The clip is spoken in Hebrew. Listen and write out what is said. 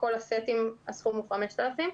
בכל הסטים הסכום הוא 5,000 שקל.